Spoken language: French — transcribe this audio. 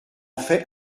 fait